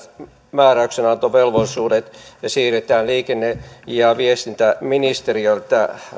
määräyksenantovelvollisuudet siirretään liikenne ja viestintäministeriöltä